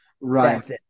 Right